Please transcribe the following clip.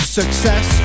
success